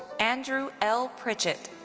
andrew l. pritchett.